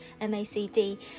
MACD